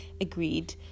agreed